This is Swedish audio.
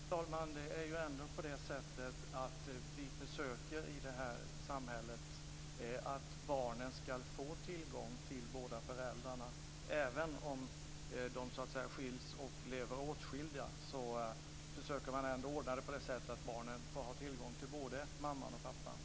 Fru talman! Det är ändå på det sättet att vi i det här samhället försöker ordna så att barn får tillgång till båda föräldrarna. Även om de skiljs och lever åtskilda försöker man ändå ordna det på det sättet att barnen får tillgång till både mamman och pappan.